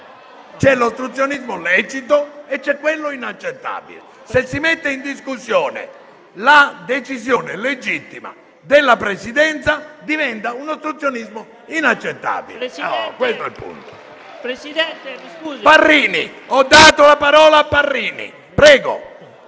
c'è l'ostruzionismo lecito e c'è quello inaccettabile; se si mette in discussione la decisione legittima della Presidenza, diventa un ostruzionismo inaccettabile. Questo è il punto.